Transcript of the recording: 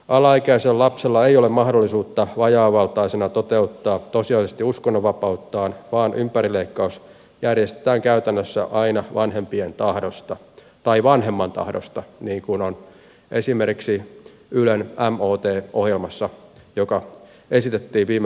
alaikäisellä lapsella ei ole mahdollisuutta vajaavaltaisena toteuttaa tosiasiallisesti uskonnonvapauttaan vaan ympärileikkaus järjestetään käytännössä aina vanhempien tahdosta tai vanhemman tahdosta niin kuin tuli ilmi esimerkiksi ylen mot ohjelmassa joka esitettiin viime maanantaina